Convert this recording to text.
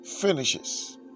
finishes